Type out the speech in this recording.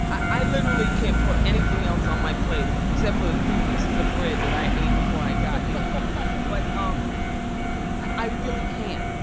i literally can't put anything else on my plate except for the three pieces of bread that i ate before i got here but um i really can't.